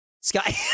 Sky